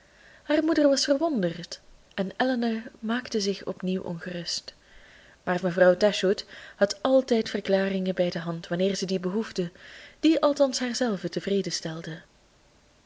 haar moeder was verwonderd en elinor maakte zich opnieuw ongerust maar mevrouw dashwood had altijd verklaringen bij de hand wanneer ze die behoefde die althans haarzelve tevreden stelden